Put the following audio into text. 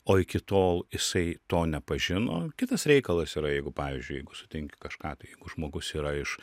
o iki tol jisai to nepažino kitas reikalas yra jeigu pavyzdžiui jeigu sutinki kažką tai jeigu žmogus yra iš